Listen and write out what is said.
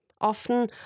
Often